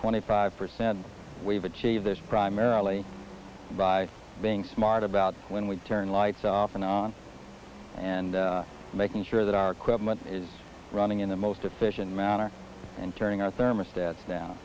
twenty five percent we've achieved this primarily by being smart about when we turn lights off and on and making sure that our equipment is running in the most efficient manner and carrying out their missed that